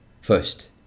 first